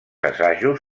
assajos